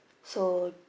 so